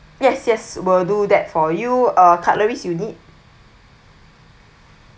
yes yes will do that for you ah cutleries you need